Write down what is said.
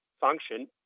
function